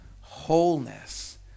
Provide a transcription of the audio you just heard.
wholeness